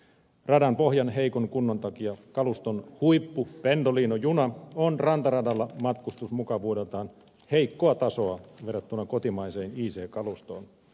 radan pohjan heikon kunnon takia kaluston huippu pendolino juna on rantaradalla matkustusmukavuudeltaan heikkoa tasoa verrattuna kotimaiseen ic kalustoon